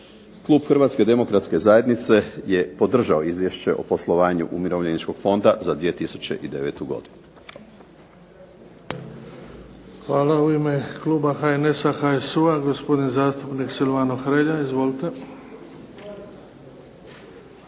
Klub HDZ-a je podržao Izvješće o poslovanju Umirovljeničkog fonda za 2009. godinu.